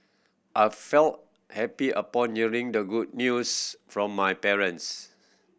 I felt happy upon hearing the good news from my parents